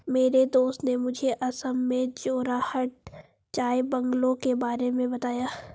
मेरे दोस्त ने मुझे असम में जोरहाट चाय बंगलों के बारे में बताया